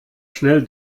schnell